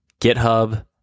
GitHub